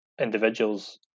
individuals